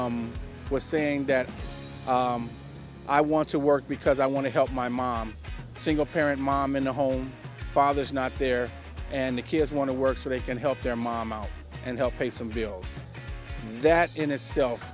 i was saying that i want to work because i want to help my mom single parent mom in the home father is not there and the kids want to work so they can help their mom out and help pay some deals and that in itself